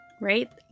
right